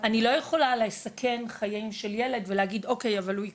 אני לא יכולה לסכן חיים של ילד ולהגיד אוקיי אבל הוא ייכנס,